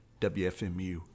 WFMU